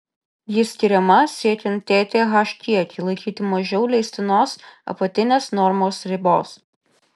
ji skiriama siekiant tth kiekį laikyti mažiau leistinos apatinės normos ribos